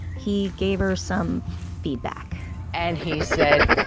he gave her some feedback and he said,